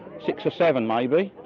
six or seven maybe,